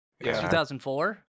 2004